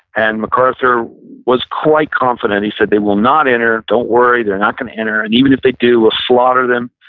and macarthur was quite confident. he said, they will not enter, don't worry. they're not going to enter and even if they do, we'll ah slaughter them.